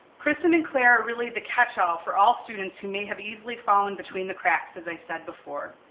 kristin and claire are really the catch all for all students who may have easily fallen between the cracks as i said before,